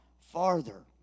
farther